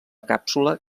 càpsula